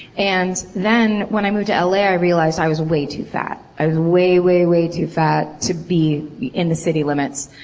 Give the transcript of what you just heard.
and then when i moved to la i realized i was way too fat. i was way, way, way too fat to be be in the city limits.